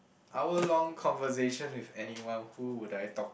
hour long conversation with anyone who would I talk